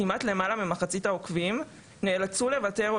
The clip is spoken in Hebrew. כמעט למעלה ממחצית העוקבים נאלצו לוותר או